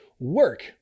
work